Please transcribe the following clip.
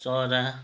चरा